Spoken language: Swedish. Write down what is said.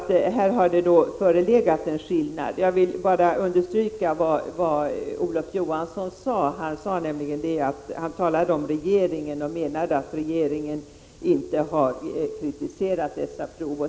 Här har det alltså förelegat en skillnad. Jag vill bara understryka vad Olof Johansson sade, nämligen att regeringen inte har kritiserat dessa prov.